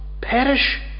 perish